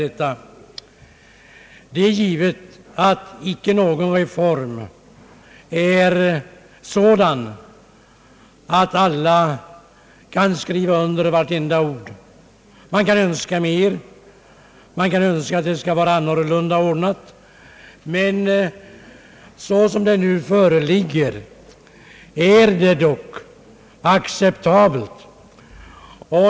Det är givet att icke någon reform är sådan att alla kan skriva under vartenda ord. Man kan önska mera och man kan önska att saker och ting skall ordnas på något annat sätt, men det förslag som nu föreligger är ändock acceptabelt.